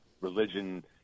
religion